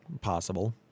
Possible